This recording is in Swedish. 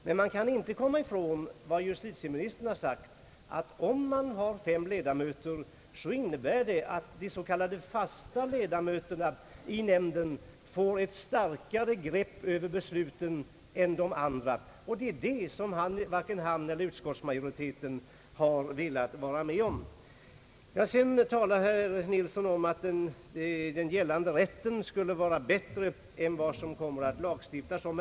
Men man kan inte komma ifrån, vilket också justitieministern har sagt, att om nämnden har fem ledamöter innebär detta att de s.k. fasta ledamöterna i nämnden får ett starkare grepp över besluten än de andra, och detta har varken han eller utskottsmajoriteten velat vara med om. Sedan sade herr Nilsson att gällande rätt skulle vara bättre än den vi nu kommer att lagstifta om.